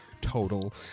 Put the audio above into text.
total